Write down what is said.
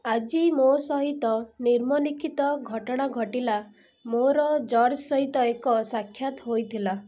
ଆଜି ମୋ ସହିତ ନିମ୍ନଲିଖିତ ଘଟଣା ଘଟିଲା ମୋର ଜର୍ଜ ସହିତ ଏକ ସାକ୍ଷାତ ହୋଇଥିଲା